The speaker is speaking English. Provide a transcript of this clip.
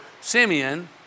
Simeon